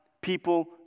people